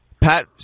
Pat